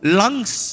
lungs